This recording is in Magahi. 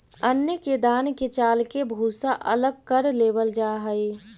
अन्न के दान के चालके भूसा अलग कर लेवल जा हइ